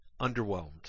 underwhelmed